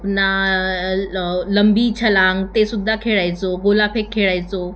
पुन्हा लंबी छलांग तेसुद्धा खेळायचो गोळाफेक खेळायचो